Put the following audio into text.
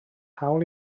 hawl